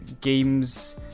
games